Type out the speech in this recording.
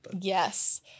Yes